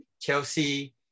Chelsea